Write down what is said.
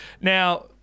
Now